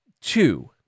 two